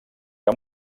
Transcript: que